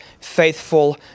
faithful